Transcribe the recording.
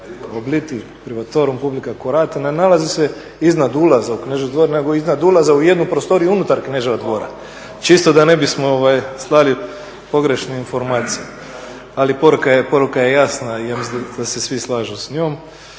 "Obliti privatorum publica curate" ne nalazi se iznad ulaza u Knežev dvor nego iznad ulaza u jednu prostoriju unutar Kneževa dvora, čisto da ne bismo slali pogrešne informacije. Ali poruka je jasna i ja mislim da se svi slažu s njom.